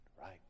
right